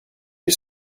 you